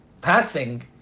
passing